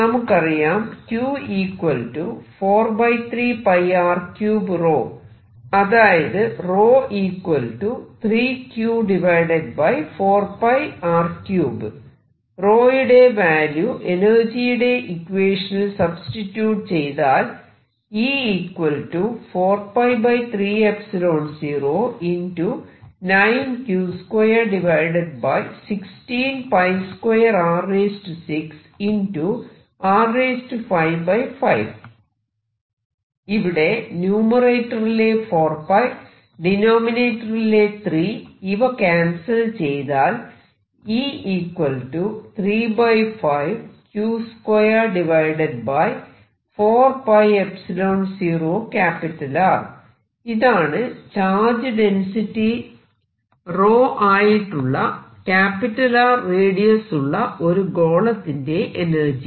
നമുക്കറിയാം അതായത് യുടെ വാല്യൂ എനർജിയുടെ ഇക്വേഷനിൽ സബ്സ്റ്റിട്യൂട് ചെയ്താൽ ഇവിടെ ന്യൂമെറേറ്ററിലെ 4 ഡിനോമിനേറ്ററിലെ 3 ഇവ ക്യാൻസൽ ചെയ്താൽ ഇതാണ് ചാർജ് ഡെന്സിറ്റി ആയിട്ടുള്ള R റേഡിയസ് ഉള്ള ഒരു ഗോളത്തിന്റെ എനർജി